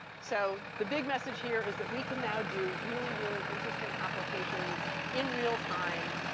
so the big message here is that we can now do really, really interesting applications in real time,